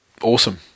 awesome